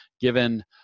given